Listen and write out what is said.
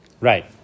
Right